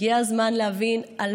הגיע הזמן להבין מה